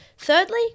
Thirdly